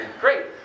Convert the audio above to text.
Great